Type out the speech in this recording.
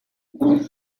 there